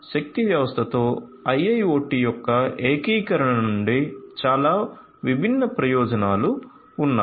శక్తి వ్యవస్థతో IIoT యొక్క ఏకీకరణ నుండి చాలా విభిన్న ప్రయోజనాలు ఉన్నాయి